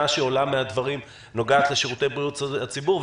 שעולה מן הדברים נוגעת לשירותי בריאות הציבור,